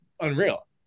unreal